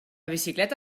bicicleta